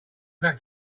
back